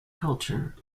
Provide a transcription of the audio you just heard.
culture